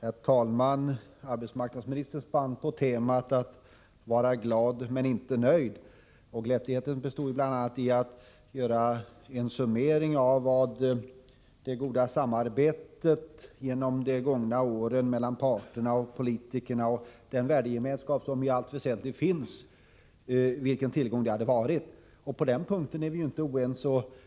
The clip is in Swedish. Herr talman! Arbetsmarknadsministern spann på temat att vara glad men inte nöjd. Glättigheten föranleddes bl.a. av den summering hon gjorde av det goda samarbete som under de gångna åren förekommit mellan arbetsmarknadens parter och politikerna. Vidare underströks vikten av den värdegemenskap som i allt väsentligt ändå funnits i det här sammanhanget. På den punkten är vi inte oense.